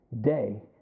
day